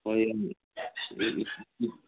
ꯍꯣꯏ